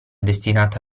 destinata